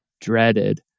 dreaded